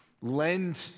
lend